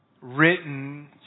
written